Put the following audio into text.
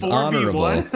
honorable